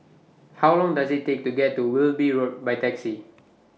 How Long Does IT Take to get to Wilby Road By Taxi